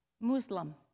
Muslim